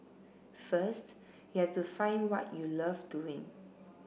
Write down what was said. first you have to find what you love doing